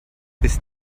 ist